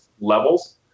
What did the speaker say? levels